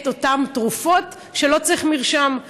את אותן תרופות שלא צריכות מרשם,